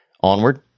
Onward